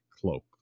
cloak